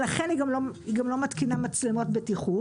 לכן היא גם לא מתקינה מצלמות בטיחות.